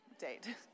date